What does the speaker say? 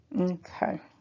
okay